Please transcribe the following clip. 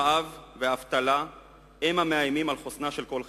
רעב ואבטלה הם המאיימים על חוסנה של כל חברה.